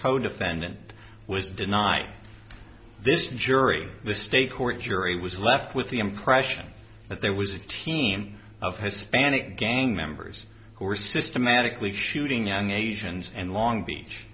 codefendant was deny this jury the state court jury was left with the impression that there was a team of hispanic gang members who were systematically shooting and asians and long beach